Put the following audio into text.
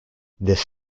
this